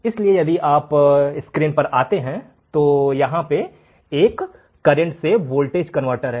इसलिए यदि आप स्क्रीन में आते हैं तो यहां एक करेंट से वोल्टेज कनवर्टर है